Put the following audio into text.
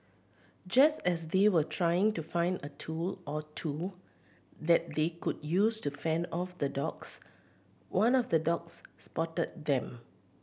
just as they were trying to find a tool or two that they could use to fend off the dogs one of the dogs spotted them